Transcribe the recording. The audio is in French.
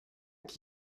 qui